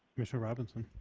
marietta robinson